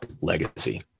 legacy